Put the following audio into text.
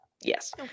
yes